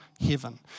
heaven